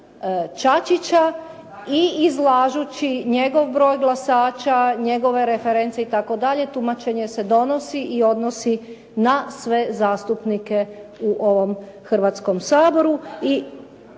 Čačića i izlažući njegov broj glasača, njegove reference itd., tumačenje se donosi i odnosi na sve zastupnike u ovom Hrvatskom saboru